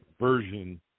version